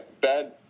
bad